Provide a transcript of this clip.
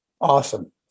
Awesome